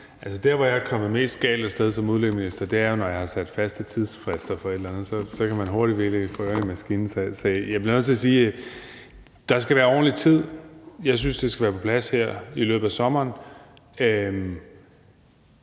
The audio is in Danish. Altså, der, hvor jeg er kommet mest galt af sted som udlændingeminister, er, når jeg har sat faste tidsfrister for et eller andet – så kan man hurtigt få ørerne i maskinen. Så jeg bliver nødt til at sige, at der skal være ordentlig tid. Jeg synes, det skal være på plads her i løbet af sommeren.